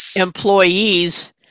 employees